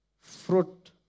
fruit